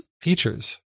features